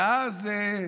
ואז